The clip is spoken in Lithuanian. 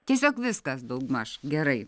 tiesiog viskas daugmaž gerai